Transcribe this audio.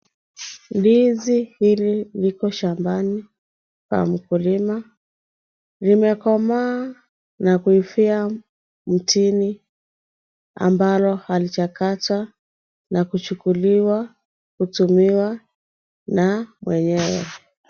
Ndizi hili liko shambani pa mkulima limekomaa na kuifia mtini ambalo halijakatwa na kujukuliwa kutumiwa na wenyewe